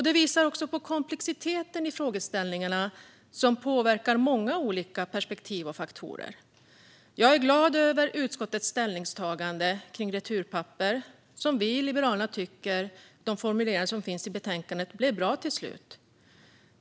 Det visar också på komplexiteten i frågeställningarna, som påverkar många olika perspektiv och faktorer. Jag är glad över utskottets ställningstagande i fråga om returpapper. Vi i Liberalerna tycker att formuleringarna i betänkandet blev bra till slut.